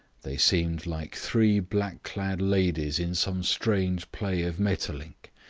they seemed like three black-clad ladies in some strange play of maeterlinck,